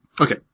Okay